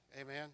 amen